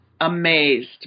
amazed